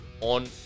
on